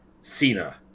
Cena